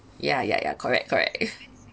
ya ya ya correct correct